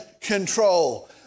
control